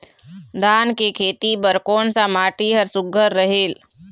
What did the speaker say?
धान के खेती बर कोन सा माटी हर सुघ्घर रहेल?